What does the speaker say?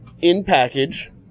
in-package